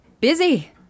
Busy